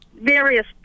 various